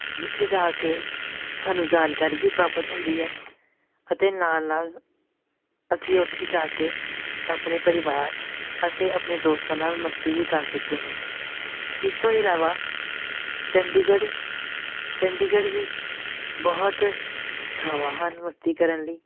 ਜਿੱਥੇ ਜਾ ਕੇ ਸਾਨੂੰ ਜਾਣਕਾਰੀ ਵੀ ਪ੍ਰਾਪਤ ਹੁੰਦੀ ਹੈ ਅਤੇ ਨਾਲ ਨਾਲ ਅਸੀਂ ਉੱਥੇ ਜਾ ਕੇ ਆਪਣੇ ਪਰਿਵਾਰ ਅਤੇ ਆਪਣੇ ਦੋਸਤਾਂ ਨਾਲ ਮਸਤੀ ਵੀ ਕਰ ਸਕਦੇ ਹਾਂ ਇਸ ਤੋਂ ਇਲਾਵਾ ਚੰਡੀਗੜ੍ਹ ਚੰਡੀਗੜ੍ਹ ਵੀ ਬਹੁਤ ਥਾਵਾਂ ਹਨ ਮਸਤੀ ਕਰਨ ਲਈ